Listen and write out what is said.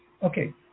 Okay